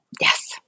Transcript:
Yes